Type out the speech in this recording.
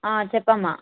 చెప్పమ్మా